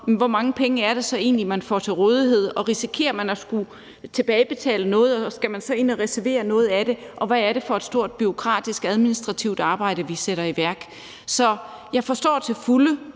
hvor mange penge det så egentlig er, man får til rådighed. Og risikerer man at skulle tilbagebetale noget, og skal man så ind og reservere noget af det, og hvad er det for et stort, bureaukratisk, administrativt arbejde, vi sætter i værk? Så jeg forstår til fulde